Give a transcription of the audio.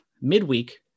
midweek